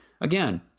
again